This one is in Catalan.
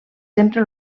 sempre